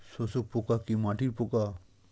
শোষক পোকা কি মাটির পোকা?